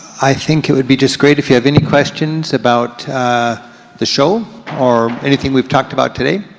i think it would be just great if you have any questions about the show or anything we've talked about today,